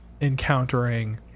encountering